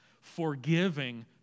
forgiving